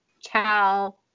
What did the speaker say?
Ciao